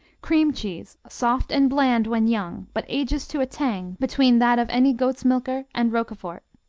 cream cheese, soft and bland when young but ages to a tang between that of any goat's-milker and roquefort.